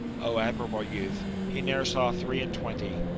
o admirable youth! he never saw three and twenty.